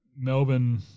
Melbourne